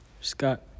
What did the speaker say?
Scott